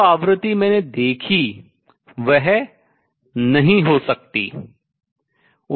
जो आवृत्ति मैंने देखी वह नहीं हो सकती है